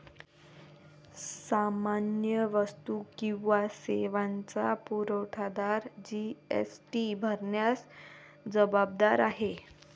सामान्य वस्तू किंवा सेवांचा पुरवठादार जी.एस.टी भरण्यास जबाबदार आहे